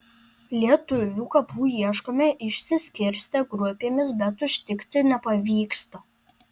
lietuvių kapų ieškome išsiskirstę grupėmis bet užtikti nepavyksta